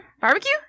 Barbecue